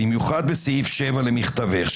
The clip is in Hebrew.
במיוחד בסעיף 7 למכתבך,